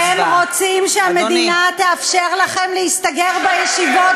אתם רוצים שהמדינה תאפשר לכם להסתגר בישיבות